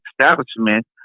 establishment